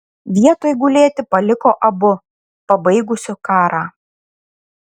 vietoj gulėti paliko abu pabaigusiu karą